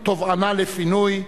תובענה לפינוי),